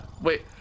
wait